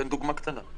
אתן דוגמה קטנה.